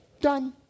done